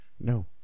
No